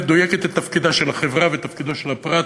מדויקת את תפקידה של החברה ואת תפקידו של הפרט,